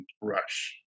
rush